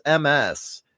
MS